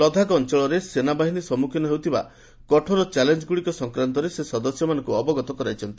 ଲଦାଖ ଅଞ୍ଚଳରେ ସେନାବାହିନୀ ସମ୍ମୁଖୀନ ହେଉଥିବା କଠୋର ଚ୍ୟାଲେଞ୍ଜଗୁଡ଼ିକ ସଂକ୍ରାନ୍ତରେ ସେ ସଦସ୍ୟମାନଙ୍କୁ ଅବଗତ କରାଇଛନ୍ତି